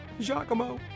Giacomo